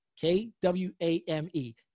K-W-A-M-E